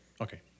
Okay